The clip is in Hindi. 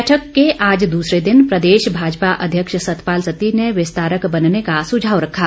बैठक के आज दूसरे दिन प्रदेश भाजपा अध्यक्ष सतपाल सत्ती ने विस्तारक बनने का सुझाव रखा